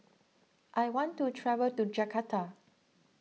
I want to travel to Jakarta